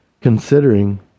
considering